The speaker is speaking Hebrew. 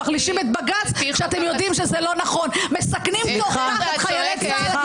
אני אקרא אתכם לסדר.